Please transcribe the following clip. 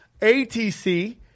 ATC